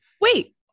wait